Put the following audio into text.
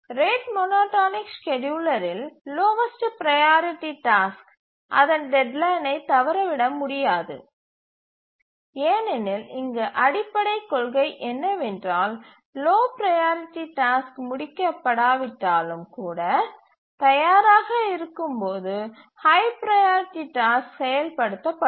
rate monotonic ஸ்கேட்யூலரில் lowest priority task அதன் டெட்லைனை தவறவிட முடியாது ஏனெனில் இங்கு அடிப்படைக் கொள்கை என்னவென்றால் லோ ப்ரையாரிட்டி டாஸ்க் முடிக்க படாவிட்டாலும் கூட தயாராக இருக்கும்போது ஹய் ப்ரையாரிட்டி டாஸ்க் செயல்படுத்தப்படும்